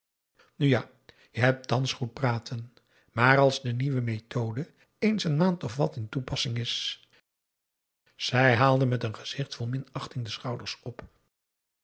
nu ja je hebt thans goed praten maar als de nieuwe methode eens n maand of wat in toepassing is zij haalde met een gezicht vol minachting de schouders op